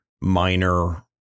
minor